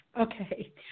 Okay